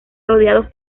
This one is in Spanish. rodeados